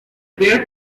bare